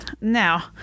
now